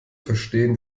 verstehen